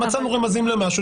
מצאנו סימנים למשהו,